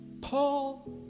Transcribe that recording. Paul